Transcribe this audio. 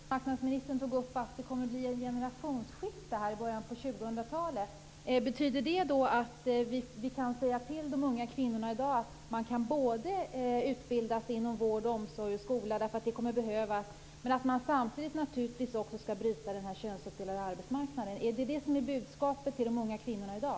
Fru talman! Arbetsmarknadsministern nämnde att det kommer att bli ett generationsskifte i början av 2000-talet. Betyder det att vi kan säga till de unga kvinnorna i dag att de kan utbilda sig inom vård, omsorg och skola, eftersom de kommer att behövas där, men att de samtidigt naturligtvis skall bryta den könsuppdelade arbetsmarknaden? Är det budskapet till de unga kvinnorna i dag?